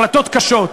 החלטות קשות,